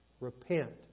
Repent